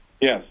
Yes